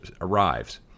arrives